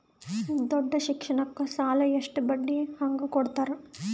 ದೊಡ್ಡ ಶಿಕ್ಷಣಕ್ಕ ಸಾಲ ಎಷ್ಟ ಬಡ್ಡಿ ಹಂಗ ಕೊಡ್ತಾರ?